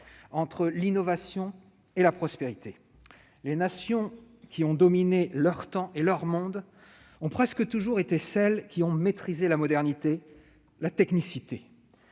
entre l'innovation et la prospérité. Les nations qui ont dominé leur temps et leur monde ont presque toujours été celles qui ont maîtrisé la modernité, la technicité.